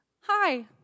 hi